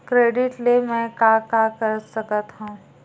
Credit ले मैं का का कर सकत हंव?